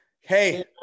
Hey